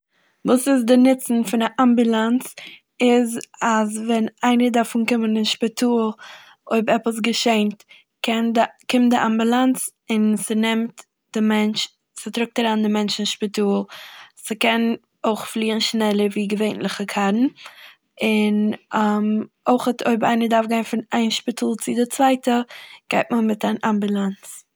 וואס איז די נוצן פון א אמבאלאנס איז אז ווען איינער דארף אנקומען אין שפיטאל אויב עפעס געשעהנט קען די- קומט די אמבאלאנס און ס'נעמט די מענטש- ס'טראגט אריין די מענטש אין שפיטאל. ס'קען אויך פליען שנעלער ווי געווענטליכע קארן און אויכעט אויב איינער דארף גיין פון איין שפיטאל צו די צווייטע גייט מען מיט אן אמבאלאנס.